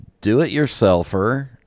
do-it-yourselfer